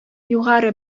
югары